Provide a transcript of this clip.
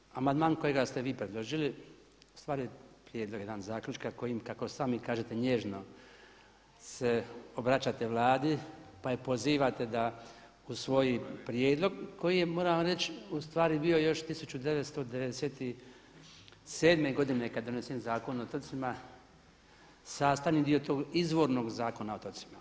Kolega Bauk, amandman kojega ste vi predložili, ustvari prijedlog jednog zaključka kojim kako sami kažete nježno se obraćate Vladi pa je pozivate da usvoji prijedlog koji je moram reći ustvari bio još 1997. godine kada je donesen Zakon o otocima, sastavni dio tog izvornog zakona o otocima.